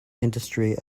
industry